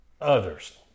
others